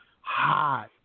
hot